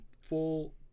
full